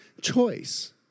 choice